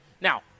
Now